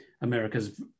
America's